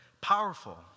powerful